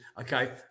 Okay